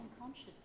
unconscious